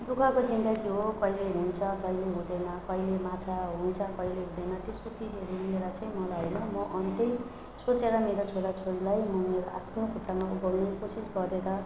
दुःखको जिन्दगी हो कहिले हुन्छ कहिले हुँदैन कहिले माछा हुन्छ कहिले हुँदैन त्यस्तो चिजहरू मिलेर चाहिँ मलाई होइन म अन्तै सोचेर मेरो छोराछोरीलाई म मेरो आफ्नो खुट्टामा उभ्याउने कोसिस गरेर